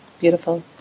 beautiful